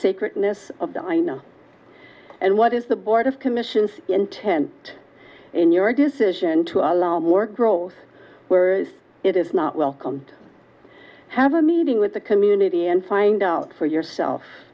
sacredness of the i know and what is the board of commissions intent in your decision to allow more growth where is it is not welcomed i have a meeting with the community and find out for yourself